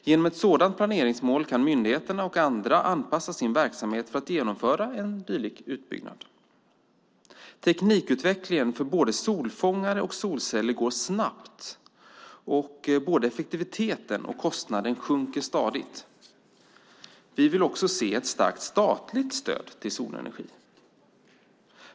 Genom ett sådant planeringsmål kan myndigheter och andra anpassa sin verksamhet för att genomföra en dylik utbyggnad. Teknikutvecklingen för både solfångare och solceller går snabbt. Effektiviteten ökar, och kostnaden sjunker stadigt. Vi vill också se ett starkt statligt stöd till solenergi.